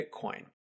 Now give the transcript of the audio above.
Bitcoin